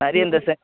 நிறைய இந்த செ